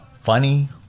funny